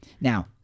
Now